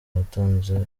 watanze